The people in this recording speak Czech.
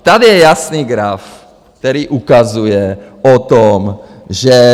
Tady je jasný graf, který ukazuje na to, že...